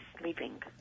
sleeping